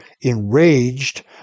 enraged